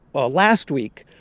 well, last week,